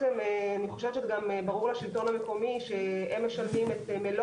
ואני חושבת שזה ברור גם לשלטון המקומי שהם משלמים את מלוא